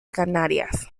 canarias